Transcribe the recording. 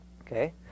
Okay